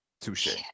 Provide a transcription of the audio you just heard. Touche